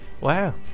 wow